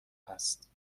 است